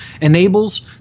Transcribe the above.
enables